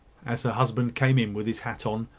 as her husband came in with his hat on.